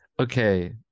okay